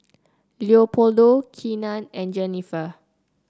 Leopoldo Keenan and Jennifer